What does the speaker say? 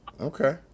Okay